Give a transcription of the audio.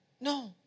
No